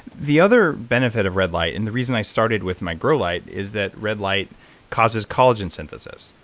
the other benefit of red light, and the reason i started with my grow light, is that red light causes collagen synthesis,